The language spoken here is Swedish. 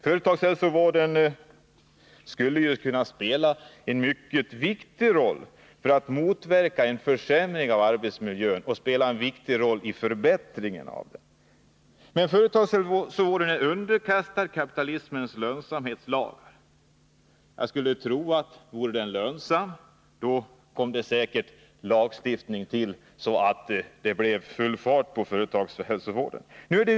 Företagshälsovården skulle kunna spela en mycket viktig roll både för att motverka en försämring av arbetsmiljön och för att medverka till en förbättring av den. Men företagshälsovården är underkastad kapitalismens lönsamhetslag. Vore den lönsam, skulle det säkert tillkomma en lagstiftning som gjorde att det blev full fart på företagshälsovården.